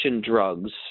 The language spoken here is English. drugs